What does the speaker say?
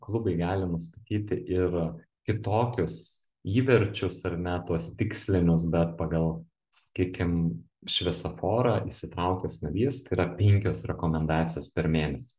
klubai gali nustatyti ir kitokius įverčius ar ne tuos tikslinius bet pagal sakykim šviesoforą įsitraukęs narys tai yra penkios rekomendacijos per mėnesį